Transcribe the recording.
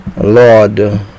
Lord